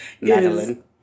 Madeline